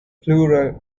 plural